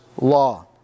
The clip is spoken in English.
law